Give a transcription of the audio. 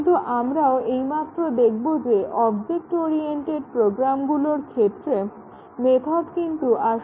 কিন্তু আমরাও এইমাত্র দেখব যে অবজেক্ট ওরিয়েন্টেড প্রোগ্রামগুলোর ক্ষেত্রে মেথড কিন্তু আসলে বেসিক ইউনিট নয়